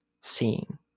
seeing